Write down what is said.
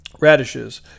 radishes